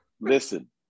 listen